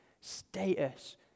status